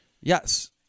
Yes